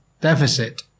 deficit